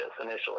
initially